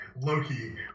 loki